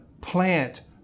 plant